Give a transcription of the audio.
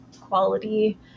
quality